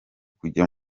kujya